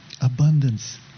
Abundance